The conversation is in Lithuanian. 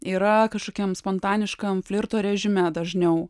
yra kažkokiam spontaniškam flirto režime dažniau